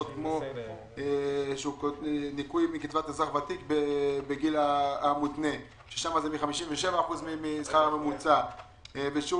כמו ניקוי מקצבת אזרח ותיק בגיל המותנה שם זה מ-57% מהשכר הממוצע ושיעור